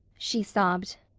she sobbed.